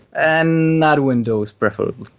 and not windows preferably.